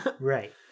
right